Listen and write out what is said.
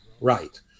right